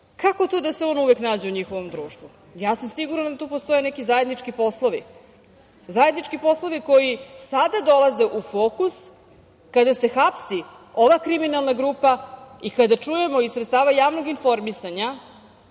Kako to da se on uvek nađe u njihovom društvu? Sigurna sam da tu postoje neki zajednički poslovi. Zajednički poslovi koji sada dolaze u fokus kada se hapsi ova kriminalna grupa i kada se čuje iz javnog informisanja